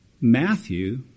Matthew